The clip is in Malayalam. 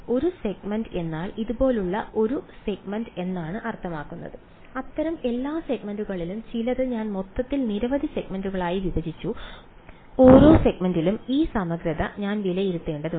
ഒരു സെഗ്മെന്റ് എന്നാൽ ഇതുപോലുള്ള ഒരു സെഗ്മെന്റ് എന്നാണ് അർത്ഥമാക്കുന്നത് അത്തരം എല്ലാ സെഗ്മെന്റുകളിലും ചിലത് ഞാൻ മൊത്തത്തിൽ നിരവധി സെഗ്മെന്റുകളായി വിഭജിച്ചു ഓരോ സെഗ്മെന്റിലും ഈ സമഗ്രത ഞാൻ വിലയിരുത്തേണ്ടതുണ്ട്